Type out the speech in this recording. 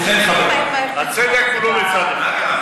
ובכן, חבריי, הצדק הוא לא בצד אחד.